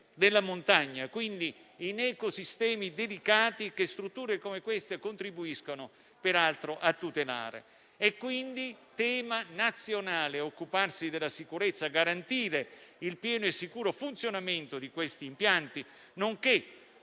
della montagna, quindi in ecosistemi delicati che strutture come queste contribuiscono peraltro a tutelare. È quindi tema nazionale occuparsi della sicurezza e garantire il pieno e sicuro funzionamento di questi impianti, nonché